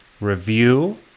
review